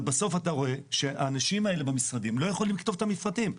אבל בסוף אתה רואה שהאנשים האלה במשרדים לא יכולים לכתוב את המפרטים.